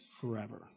forever